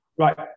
Right